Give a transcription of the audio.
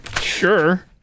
Sure